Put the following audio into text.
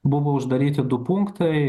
buvo uždaryti du punktai a